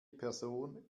person